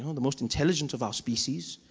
the most intelligent of our species.